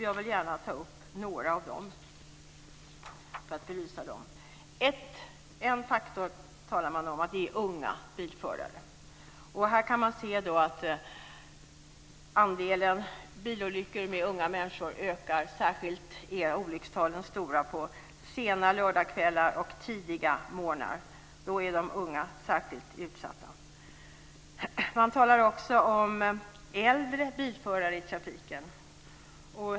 Jag vill gärna ta upp och belysa några av dem. En faktor sägs vara att det är unga bilförare. Här kan man se att andelen bilolyckor med unga människor ökar, och olyckstalen är stora särskilt på sena lördagskvällar och tidiga morgnar. Då är de unga särskilt utsatta. Man talar också om äldre bilförare i trafiken.